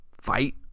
fight